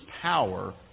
power